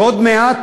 ועוד מעט,